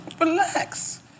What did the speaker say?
Relax